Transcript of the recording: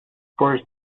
first